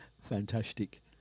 fantastic